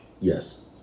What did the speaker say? Yes